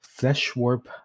fleshwarp